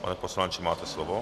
Pane poslanče, máte slovo.